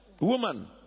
woman